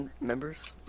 members